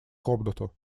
комнату